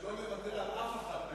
שלא נוותר על אף אחת מהן.